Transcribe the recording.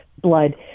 blood